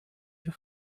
your